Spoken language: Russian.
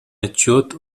отчет